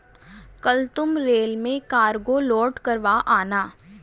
कल तुम रेल में कार्गो लोड करवा आना